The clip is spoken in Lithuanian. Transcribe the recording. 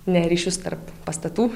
ne ryšius tarp pastatų